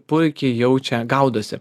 puikiai jaučia gaudosi